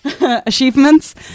achievements